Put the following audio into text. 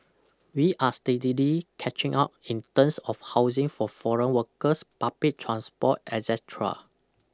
we are steadily catching up in terms of housing for foreign workers public transport etcetera